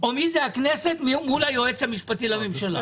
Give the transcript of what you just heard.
או מי זה הכנסת מול היועץ המשפטי לממשלה.